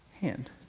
hand